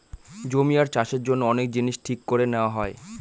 জমি আর চাষের জন্য অনেক জিনিস ঠিক করে নেওয়া হয়